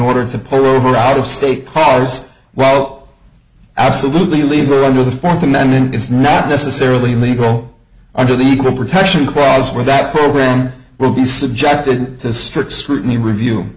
order to pore over out of state calls well absolutely leiber under the fourth amendment is not necessarily illegal under the equal protection clause where that program will be subjected to strict scrutiny review